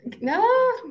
No